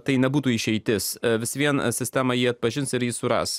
tai nebūtų išeitis vis vien sistemą jie atpažins ir jis suras